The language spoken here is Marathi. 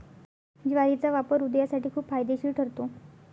ज्वारीचा वापर हृदयासाठी खूप फायदेशीर ठरतो